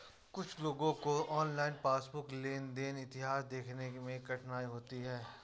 कुछ लोगों को ऑनलाइन पासबुक लेनदेन इतिहास देखने में कठिनाई होती हैं